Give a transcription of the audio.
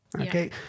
Okay